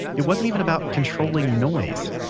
it wasn't even about controlling noise.